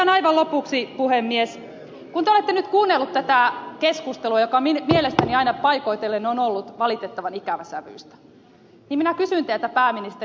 sitten aivan lopuksi puhemies kun te olette nyt kuunnellut tätä keskustelua joka mielestäni aina paikoitellen on ollut valitettavan ikävän sävyistä niin minä kysyn teiltä pääministeri